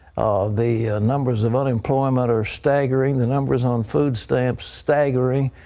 the numbers of unemployment are staggering. the numbers on food stamps, staggering.